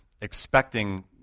expecting